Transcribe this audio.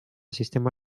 sistema